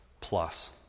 plus